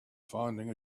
finding